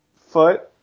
foot